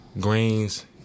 Greens